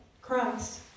Christ